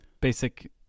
basic